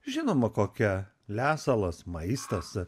žinoma kokia lesalas maistas